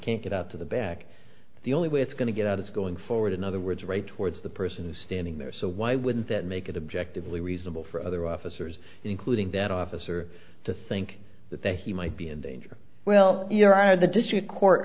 can't get out to the back the only way it's going to get out is going forward in other words right towards the person who's standing there so why wouldn't that make it objectively reasonable for other officers including that officer to think that that he might be in danger well you're out of the district court